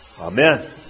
Amen